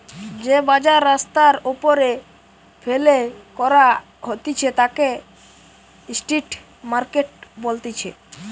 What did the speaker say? যে বাজার রাস্তার ওপরে ফেলে করা হতিছে তাকে স্ট্রিট মার্কেট বলতিছে